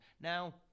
Now